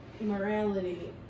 morality